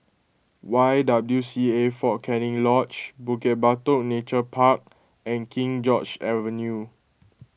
Y W C A fort Canning Lodge Bukit Batok Nature Park and King George's Avenue